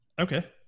Okay